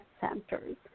centers